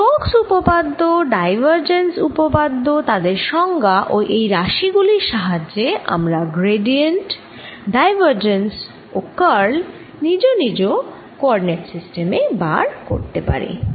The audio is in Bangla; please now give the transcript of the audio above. স্টোক্স উপপাদ্য ডাইভারজেন্স উপপাদ্য তাদের সংজ্ঞা ও এই রাশি গুলির সাহায্যে আমরা গ্রেডিএন্ট ডাইভারজেন্স ও কার্ল নিজ নিজ কোঅরডিনেট সিস্টেম এ বার করতে পারি